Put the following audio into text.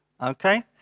okay